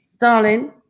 Darling